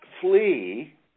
Flee